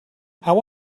how